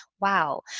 wow